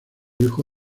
hijo